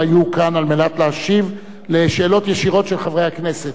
והיו כאן כדי להשיב על שאלות ישירות של חברי הכנסת.